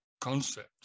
concept